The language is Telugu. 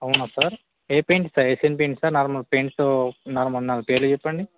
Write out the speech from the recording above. అవునా సార్ ఏ paint sir Asian paint sir normal paints నార్మల్న పేర్లు చెప్పండి